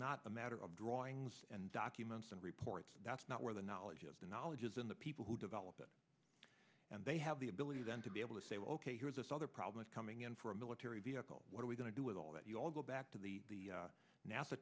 not a matter of drawings and documents and reports that's not where the knowledge of the knowledge is in the people who develop it and they have the ability then to be able to say ok here's another problem coming in for a military vehicle what are we going to do with all that you all go back to the